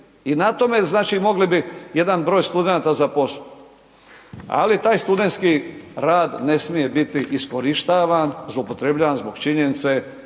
znači mogli bi jedan broj studenata zaposliti. Ali, taj studentski rad ne smije bit iskorištavan, zloupotrebljavan zbog činjenice